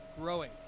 growing